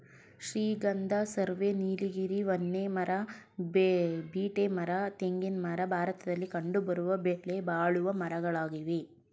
ಶ್ರೀಗಂಧ, ಸರ್ವೆ, ನೀಲಗಿರಿ, ಹೊನ್ನೆ ಮರ, ಬೀಟೆ ಮರ, ತೇಗದ ಮರ ಭಾರತದಲ್ಲಿ ಕಂಡುಬರುವ ಬೆಲೆಬಾಳುವ ಮರಗಳಾಗಿವೆ